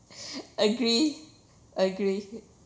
agree agree